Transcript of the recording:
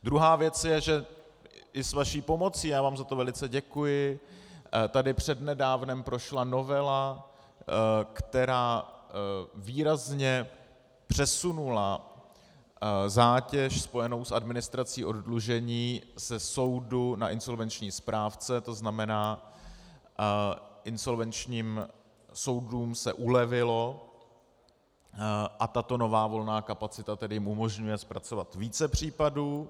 Druhá věc je, že i s vaší pomocí já vám za to velice děkuji tady přednedávnem prošla novela, která výrazně přesunula zátěž spojenou s administrací oddlužení ze soudu na insolvenční správce, tzn. insolvenčním soudům se ulevilo, a tato nová volná kapacita tedy jim umožňuje zpracovat více případů.